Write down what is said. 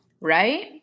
right